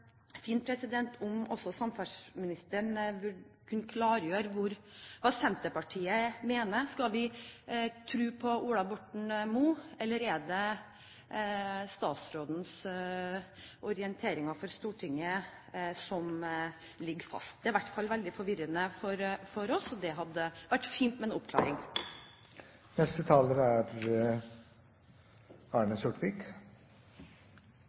fint om også samferdselsministeren kunne klargjøre hva Senterpartiet mener. Skal vi tro på Ola Borten Moe? Eller er det statsrådens orienteringer for Stortinget som ligger fast? Det er i hvert fall veldig forvirrende for oss, og det hadde vært fint med en oppklaring.